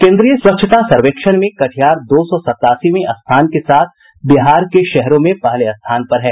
केन्द्रीय स्वच्छता सर्वेक्षण में कटिहार दो सौ सत्तासीवें स्थान के साथ बिहार के शहरों में पहले स्थान पर है